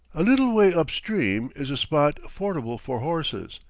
a little way up stream is a spot fordable for horses,